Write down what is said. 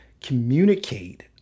communicate